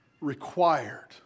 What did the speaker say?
required